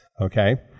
Okay